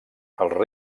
els